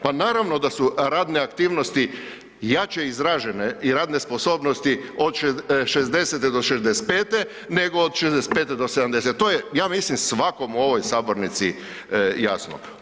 Pa naravno da su radne aktivnosti jače izražene i radne sposobnosti od 60.do 65.nego od 65.do 70., to je ja mislim svakom u ovoj sabornici jasno.